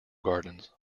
gardens